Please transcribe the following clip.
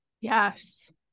Yes